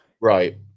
Right